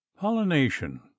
Pollination